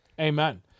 Amen